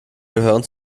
gehören